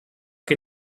che